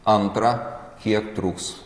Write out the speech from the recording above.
antra kiek truks